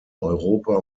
europa